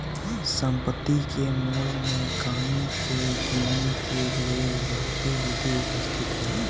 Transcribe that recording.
सम्पति के मोल में कमी के गिनेके लेल बहुते विधि उपस्थित हई